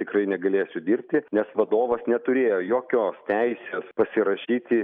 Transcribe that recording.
tikrai negalėsiu dirbti nes vadovas neturėjo jokios teisės pasirašyti